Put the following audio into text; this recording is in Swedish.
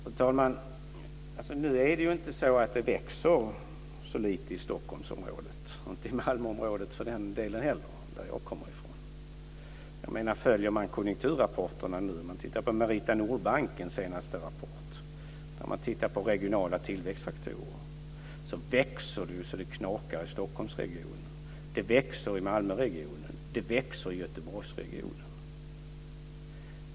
Fru talman! Nu är det ju inte så att det växer så lite i Stockholmsområdet och, för den delen, inte heller i Malmöområdet, som jag kommer från. Följer man konjunkturrapporterna och läser Merita Nordbankens senaste rapport om regionala tillväxtfaktorer ser man att det växer så att det knakar i Stockholmsregionen, att det växer i Malmöregionen och att det växer i Göteborgsregionen.